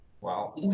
Wow